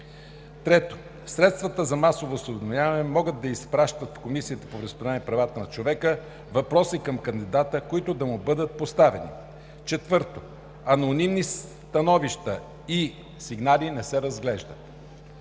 3. Средствата за масово осведомяване могат да изпращат в Комисията по вероизповеданията и правата на човека въпроси към кандидата, които да му бъдат поставени. 4. Анонимни становища и сигнали не се разглеждат.